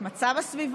את מצב הסביבה,